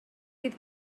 bydd